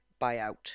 buyout